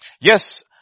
Yes